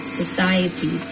society